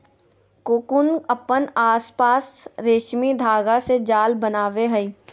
cocoon अपन आसपास रेशमी धागा से जाल बनावय हइ